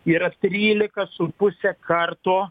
yra trylika su puse karto